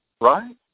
right